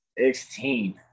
16